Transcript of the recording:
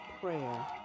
prayer